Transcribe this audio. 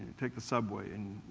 took the subway. and